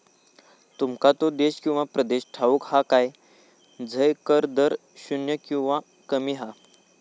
तुमका तो देश किंवा प्रदेश ठाऊक हा काय झय कर दर शून्य किंवा कमी हा?